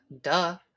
Duh